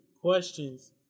Questions